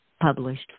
published